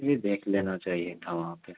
جی دیکھ لینا چاہیے تھا وہاں پہ